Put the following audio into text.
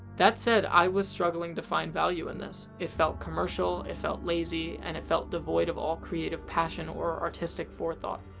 that said, i was struggling to find value in this. it felt commercial, it felt lazy, and it felt devoid of all creative passion or artistic forethought.